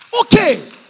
Okay